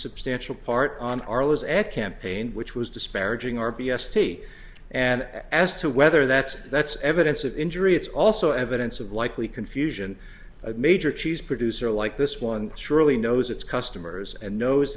substantial part on our lives at campaign which was disparaging our p s t and as to whether that's that's evidence of injury it's also evidence of likely confusion of major cheese pretty like this one surely knows its customers and knows